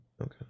okay